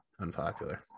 unpopular